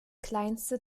kleinste